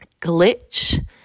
glitch